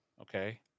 Okay